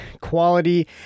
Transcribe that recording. quality